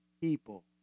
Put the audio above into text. people